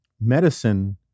medicine